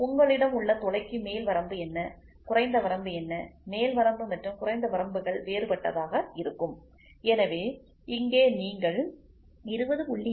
உங்களிடம் உள்ள துளைக்கு மேல் வரம்பு என்ன குறைந்த வரம்பு என்ன மேல் வரம்பு மற்றும் குறைந்த வரம்புகள் வேறுபட்டதாக இருக்கும் எனவே இங்கே நீங்கள் 20